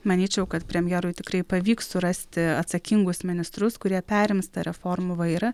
manyčiau kad premjerui tikrai pavyks surasti atsakingus ministrus kurie perims tą reformų vairą